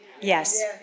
Yes